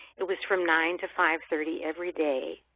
it was from nine to five thirty every day.